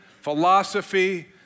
philosophy